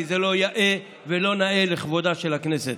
כי זה לא יאה ולא נאה לכבודה של הכנסת.